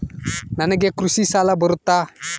ನನಗೆ ಕೃಷಿ ಸಾಲ ಬರುತ್ತಾ?